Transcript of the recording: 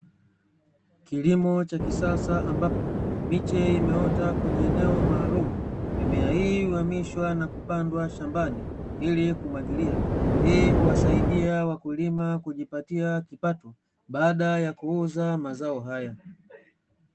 Kilimo cha kisasa, ambapo miche imeota kwenye eneo maalumu, mimea hii huamishwa na kupandwa shambani ili kumwagilia. Hii huwasaidia wakulima kujipatia kipato baada ya kuuza mazao haya.